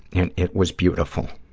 and it was beautiful.